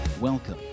Welcome